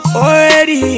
already